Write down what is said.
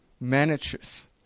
managers